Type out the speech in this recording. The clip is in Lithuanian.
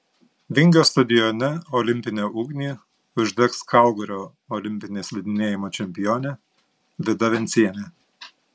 vingio stadione olimpinę ugnį uždegs kalgario olimpinė slidinėjimo čempionė vida vencienė